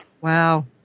Wow